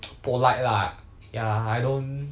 polite lah ya I don't